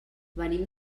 venim